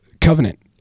covenant